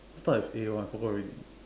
start with A one forgot already